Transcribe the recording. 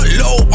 low